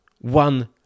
one